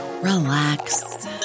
relax